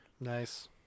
Nice